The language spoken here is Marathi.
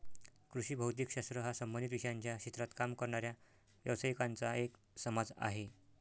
कृषी भौतिक शास्त्र हा संबंधित विषयांच्या क्षेत्रात काम करणाऱ्या व्यावसायिकांचा एक समाज आहे